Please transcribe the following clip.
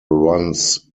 runs